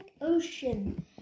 Ocean